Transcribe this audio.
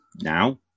now